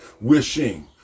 wishing